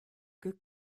good